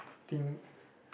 I think